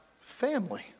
family